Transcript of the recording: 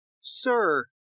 Sir